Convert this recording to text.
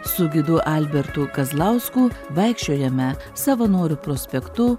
su gidu albertu kazlausku vaikščiojame savanorių prospektu